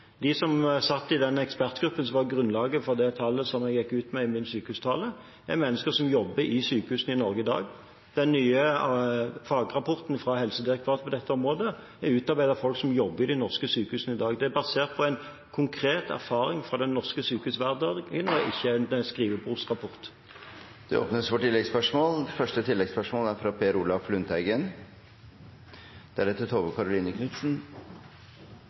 De som satt i ekspertgruppen som var grunnlaget for det tallet som jeg gikk ut med i min sykehustale, er mennesker som jobber i sykehus i Norge i dag. Den nye fagrapporten fra Helsedirektoratet på dette området er utarbeidet av folk som jobber i norske sykehus i dag. Det er basert på konkret erfaring fra den norske sykehushverdagen, og ikke en skrivebordsrapport. Det blir gitt anledning til oppfølgingsspørsmål – først Per Olaf Lundteigen.